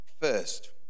first